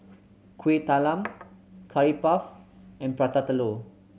Kueh Talam Curry Puff and Prata Telur